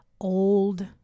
old